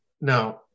now